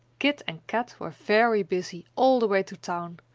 kit and kat were very busy all the way to town,